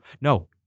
No